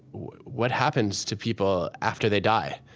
what happens to people after they die?